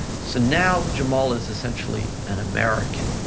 so now jamal is essentially an american,